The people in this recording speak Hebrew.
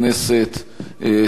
צביעות משפטית,